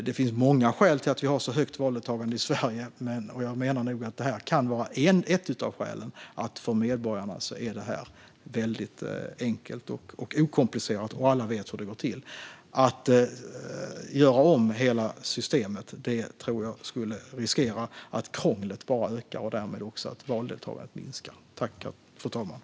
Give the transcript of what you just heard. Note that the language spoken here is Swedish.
Det finns många skäl till att vi har ett så högt valdeltagande i Sverige, och jag menar nog att ett av skälen kan vara att det för medborgarna är ett väldigt enkelt och okomplicerat system. Alla vet hur det går till. Att göra om hela systemet tror jag bara skulle riskera att krånglet ökar och att valdeltagandet därmed skulle minska.